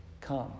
come